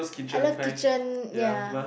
I love kitchen ya